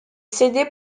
cédée